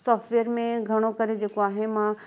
software में घणो करे जेको आहे मां